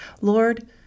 Lord